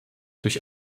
durch